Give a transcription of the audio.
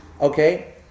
Okay